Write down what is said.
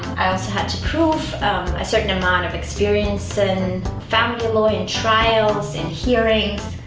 i also had to prove a certain amount of experience and family law and trials and hearings